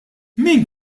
min